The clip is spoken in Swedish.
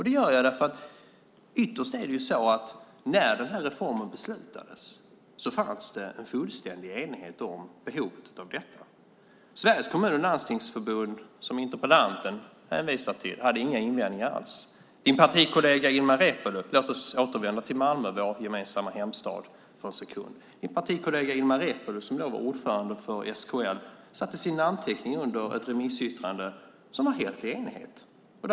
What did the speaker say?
Det gör jag därför att det ytterst är så att när den här reformen beslutades fanns det en fullständig enighet om behovet av detta. Sveriges Kommuner och Landsting, som interpellanten hänvisar till, hade inga invändningar alls. Låt oss återvända till Malmö, vår gemensamma hemstad, för en sekund. Din partikollega Ilmar Reepalu, som då var ordförande för SKL, satte sin namnteckning under ett remissyttrande som var helt enigt.